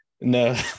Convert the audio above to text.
No